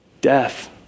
death